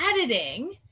editing